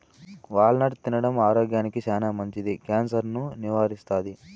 wall నట్ తినడం ఆరోగ్యానికి చానా మంచిది, క్యాన్సర్ ను నివారిస్తాది